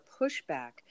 pushback